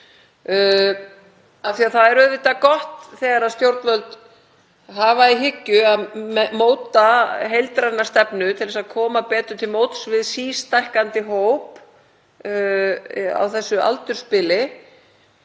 2030. Það er auðvitað gott þegar stjórnvöld hafa í hyggju að móta heildræna stefnu til að koma betur til móts við sístækkandi hóp á þessu aldursbili,